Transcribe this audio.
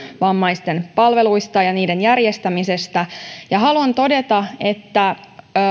vammaisten palveluista ja niiden järjestämisestä haluan todeta että